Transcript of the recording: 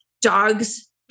dogs